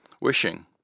wishing